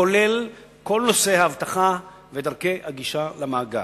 כולל כל נושא האבטחה ודרכי הגישה למאגר.